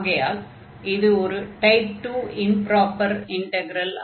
ஆகையால் இது ஒரு டைப் 2 இம்ப்ராப்பர் இன்டக்ரல்